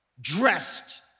dressed